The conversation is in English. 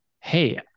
Hey